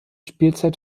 spielzeit